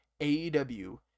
AEW